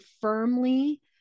firmly